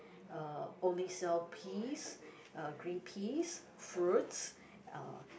uh only sell peas uh green peas fruits uh